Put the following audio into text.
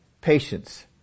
patience